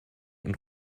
und